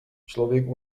člověk